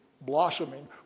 blossoming